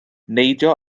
neidio